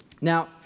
Now